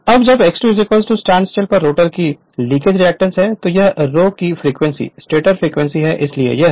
Refer Slide Time 2530 अब जब X2 standstill पर रोटर का लीकेज रिएक्टेंस है तो यह रो की फ्रीक्वेंसी स्टेटर फ्रीक्वेंसी है इसलिए यह f है